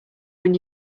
when